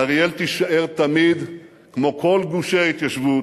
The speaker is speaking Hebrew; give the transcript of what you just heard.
אריאל תישאר תמיד, כמו כל גושי ההתיישבות,